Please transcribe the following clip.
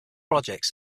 projects